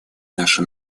наши